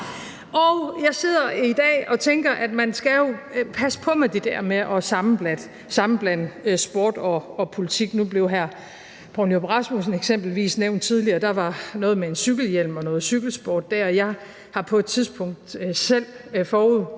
og jeg sidder i dag og tænker, at man jo skal passe på med det der med at sammenblande sport og politik. Nu blev hr. Poul Nyrup Rasmussen eksempelvis nævnt tidligere, og der var noget med en cykelhjelm og noget cykelsport der, og jeg har på et tidspunkt selv forudset